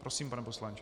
Prosím, pane poslanče.